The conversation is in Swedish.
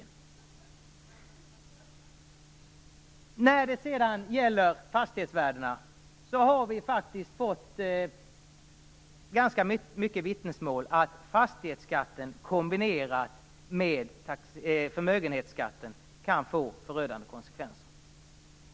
När det sedan gäller fastighetsvärdena har vi ganska många vittnesmål om att fastighetsskatten kombinerad med förmögenhetsskatten kan få förödande konsekvenser.